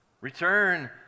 Return